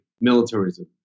militarism